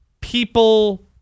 people